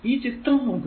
ഈ ചിത്രം നോക്കുക